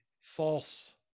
false